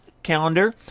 calendar